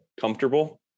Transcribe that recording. comfortable